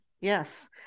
Yes